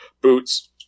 boots